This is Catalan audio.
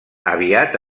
aviat